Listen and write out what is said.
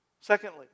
Secondly